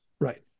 right